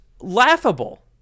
laughable